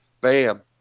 Bam